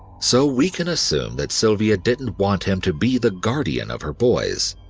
so we can assume that sylvia didn't want him to be the guardian of her boys.